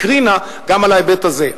הקרין גם על ההיבט הזה.